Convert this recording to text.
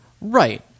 Right